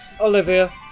Olivia